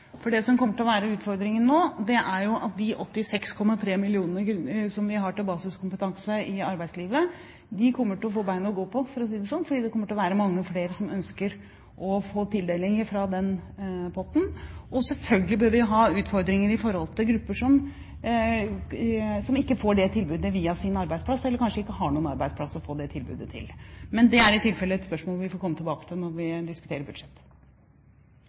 Det som kommer til å være utfordringen nå, er at de 86,3 mill. kr som vi har til basiskompetanse i arbeidslivet, kommer til å få bein å gå på, for å si det sånn, fordi det kommer til å være mange flere som ønsker å få tildelinger fra den potten. Og selvfølgelig bør vi ha utfordringer i forhold til grupper som ikke får det tilbudet via sin arbeidsplass – eller kanskje ikke har noen arbeidsplass å få det tilbudet til. Men det er i tilfelle et spørsmål vi får komme tilbake til når vi diskuterer budsjettet.